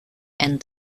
and